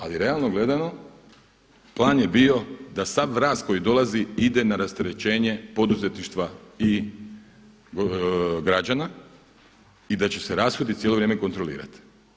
Ali realno gledano plan je bio da sav rast koji dolazi ide na rasterećenje poduzetništva i građana i da će se rashodi cijelo vrijeme kontrolirati.